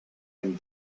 and